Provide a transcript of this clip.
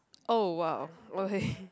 oh !wow! okay